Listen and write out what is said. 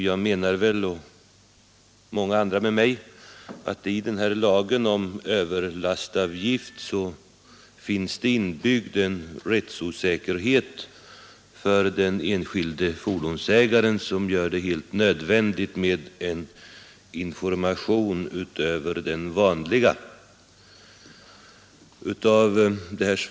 Jag och många andra med mig menar att i lagen om överlastavgifter finns det inbyggd en rättsosäkerhet för den enskilde fordonsägaren, som gör det helt nödvändigt med en information utöver den vanliga.